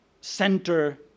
center